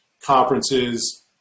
conferences